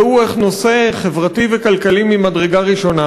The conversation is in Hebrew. ראו איך נושא חברתי וכלכלי ממדרגה ראשונה